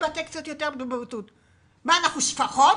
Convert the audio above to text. אנחנו שפחות?